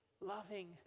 loving